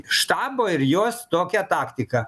štabo ir jos tokia taktika